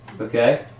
Okay